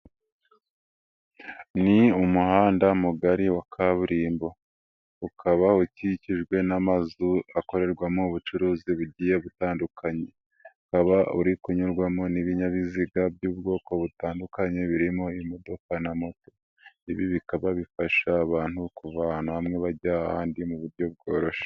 Ni umuhanda mugari wa kaburimbo, ukaba ukikijwe n'amazu akorerwamo ubucuruzi bugiye gutandukanye, ukaba uri kunyurwamo n'ibinyabiziga by'ubwoko butandukanye, birimo imodoka na moto, ibi bikaba bifasha abantu kuva ahantu hamwe bajya ahandi muburyo bwororoshye.